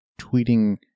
tweeting